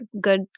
good